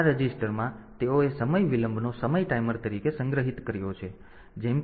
તેથી આ રજિસ્ટરમાં તેઓએ સમય વિલંબનો સમય ટાઈમર તરીકે સંગ્રહિત કર્યો છે